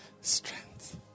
strength